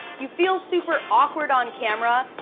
you feel super awkward on camera.